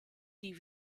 die